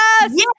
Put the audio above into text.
Yes